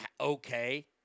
okay